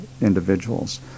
individuals